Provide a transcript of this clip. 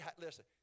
Listen